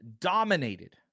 dominated